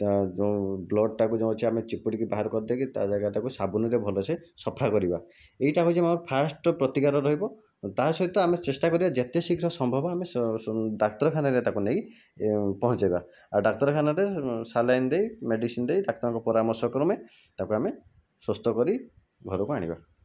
ତାର ଯେଉଁ ବ୍ଲଡ଼ଟାକୁ ଯେଉଁ ଅଛି ଆମେ ଚିପୁଡ଼ିକି ବାହାର କରିଦେଇକି ତା ଜାଗାଟାକୁ ସାବୁନରେ ଭଲସେ ସଫା କରିବା ଏଇଟା ହେଉଛି ମୋ ଫାଷ୍ଟ ପ୍ରତିକାର ରହିବ ତାସହିତ ଆମେ ଚେଷ୍ଟା କରିବା ଯେତେ ଶୀଘ୍ର ସମ୍ଭବ ଆମେ ଡାକ୍ତରଖାନାରେ ତାକୁ ନେଇକି ପହଞ୍ଚାଇବା ଆଉ ଡାକ୍ତରଖାନାରେ ସାଲାଇନ୍ ଦେଇ ମେଡ଼ିସିନ ଦେଇ ଡାକ୍ତରଙ୍କ ପରାମର୍ଶ କ୍ରମେ ତାକୁ ଆମେ ସୁସ୍ଥ କରି ଘରକୁ ଆଣିବା